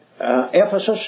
Ephesus